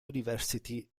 university